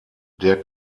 der